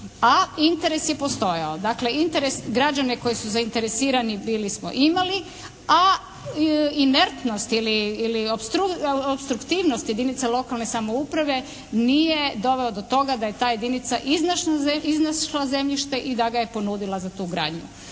a interes je postojao. Dakle, interes, građane koji su zainteresirani bili smo imali a inertnost ili opstruktivnost jedinica lokalne samouprave nije doveo do toga da je ta jedinica iznašla zemljište i da ga je ponudila za tu gradnju.